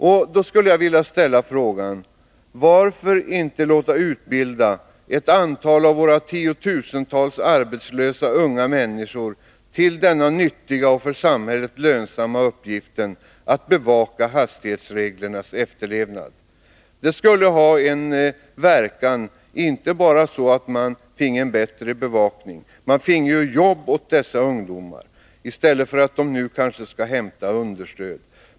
Jag skulle därför vilja ställa frågan: Varför inte låta utbilda ett antal av våra tiotusentals arbetslösa unga människor till den nyttiga och för samhället lönsamma uppgiften att bevaka hastighetsreglernas efterlevnad? Det skulle ha en verkan inte bara så att man finge en bättre bevakning, utan också så att dessa ungdomar finge jobb i stället för att som nu kanske hämta understöd.